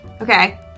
Okay